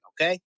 okay